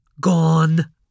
gone